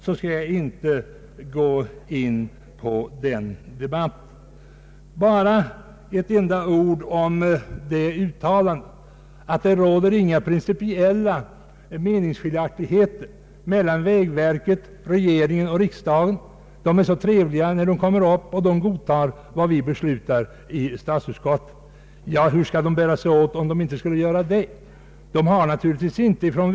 Låt mig bara säga ett par ord gentemot fru Wallentheims uttalande att det inte råder några principiella meningsskiljaktigheter mellan vägverket, regeringen och riksdagen. Fru Wallentheim menade att vägverkets representanter är så trevliga när de kommer till våra sammanträden och att de godtar vad man beslutar i statsutskottet. Hur skulle de annars bära sig åt?